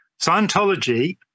Scientology